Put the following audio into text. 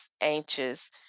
anxious